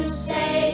say